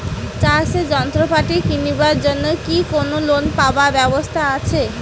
চাষের যন্ত্রপাতি কিনিবার জন্য কি কোনো লোন পাবার ব্যবস্থা আসে?